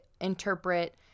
interpret